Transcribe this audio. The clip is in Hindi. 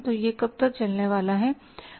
तो यह कब तक चलने वाला है